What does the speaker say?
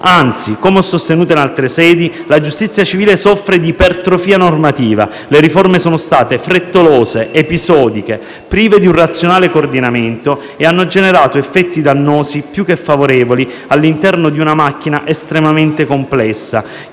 Anzi - come ho sostenuto in altre sedi - la giustizia civile soffre di ipertrofia normativa. Le riforme sono state frettolose, episodiche e prive di un razionale coordinamento e hanno generato effetti più dannosi che favorevoli all'interno di una macchina estremamente complessa,